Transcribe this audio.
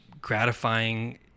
gratifying